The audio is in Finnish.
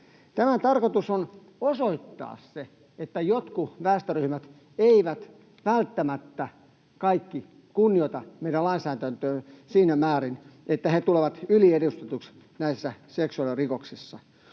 Tämän tarkoitus on osoittaa se, että jotkut väestöryhmät eivät välttämättä — kaikki heistä — kunnioita meidän lainsäädäntöämme siinä määrin, että he tulevat yliedustetuiksi näissä seksuaalirikoksissa.